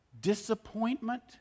disappointment